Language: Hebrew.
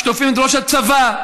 כשתוקפים את ראש הצבא,